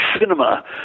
cinema